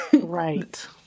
Right